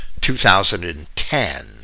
2010